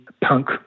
punk